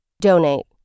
Donate